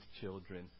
children